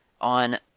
on